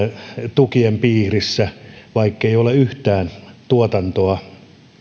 tukien piirissä vaikkei ole yhtään tuotantoa